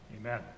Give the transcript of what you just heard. Amen